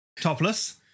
Topless